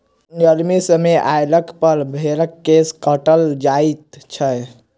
गर्मीक समय अयलापर भेंड़क केश काटल जाइत छै